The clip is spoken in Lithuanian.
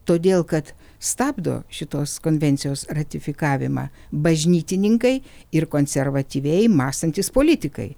todėl kad stabdo šitos konvencijos ratifikavimą bažnytininkai ir konservatyviai mąstantys politikai